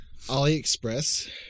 AliExpress